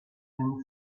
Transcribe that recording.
and